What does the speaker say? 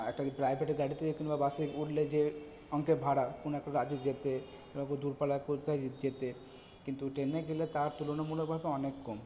একটা কি প্রাইভেট গাড়িতে কিংবা বাসে উঠলে যে অঙ্কের ভাড়া কোনো একটা রাজ্যে যেতে খুব দূরপাল্লায় কোথায় যেতে কিন্তু ট্রেনে গেলে তার তুলনামূলকভাবে অনেক কম